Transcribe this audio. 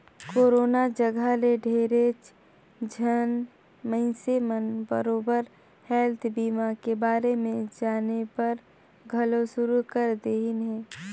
corona जघा ले ढेरेच झन मइनसे मन बरोबर हेल्थ बीमा के बारे मे जानेबर घलो शुरू कर देहिन हें